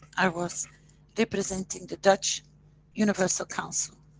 i was representing the dutch universal council.